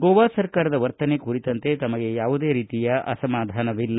ಗೋವಾ ಸರ್ಕಾರದ ವರ್ತನೆ ಕುರಿತಂತೆ ತಮಗೆ ಯಾವುದೇ ರೀತಿಯ ಅಸಮಾಧಾನವಿಲ್ಲ